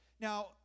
Now